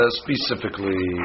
specifically